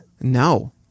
No